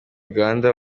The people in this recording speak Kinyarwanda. uganda